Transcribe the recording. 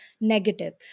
negative